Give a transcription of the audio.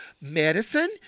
medicine